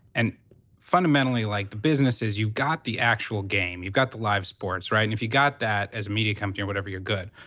and fundamentally, like, the business is you've got the actual game. you've got the live sports. right? and if you got that, as a media company or whatever, you're good.